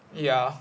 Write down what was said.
ya